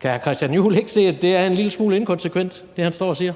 Kan hr. Christian Juhl ikke se, at det, han står og siger,